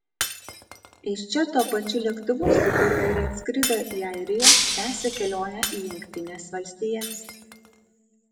iš čia tuo pačiu lėktuvu su kuriuo ir atskrido į airiją tęsia kelionę į jungtines valstijas